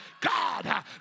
God